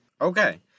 Okay